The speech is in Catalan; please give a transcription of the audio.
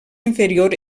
inferior